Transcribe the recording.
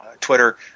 Twitter